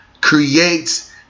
creates